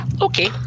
Okay